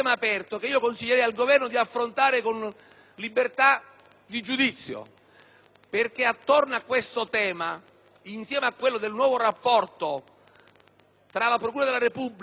attorno a questo tema, insieme a quello del nuovo rapporto tra procura della Repubblica e polizia giudiziaria, si può costruire un sistema